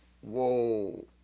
Whoa